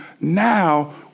now